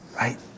Right